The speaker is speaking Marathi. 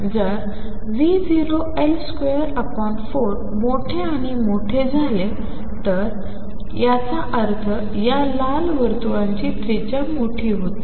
जरV0L24 मोठे आणि मोठे झाले तर याचा अर्थ या लाल वर्तुळांची त्रिज्या मोठी होते